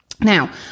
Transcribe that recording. Now